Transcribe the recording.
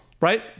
right